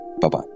Bye-bye